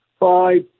five